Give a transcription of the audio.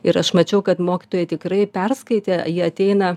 ir aš mačiau kad mokytojai tikrai perskaitė jie ateina